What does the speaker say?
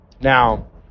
Now